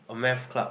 oh math club